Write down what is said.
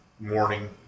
morning